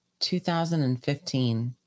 2015